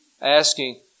asking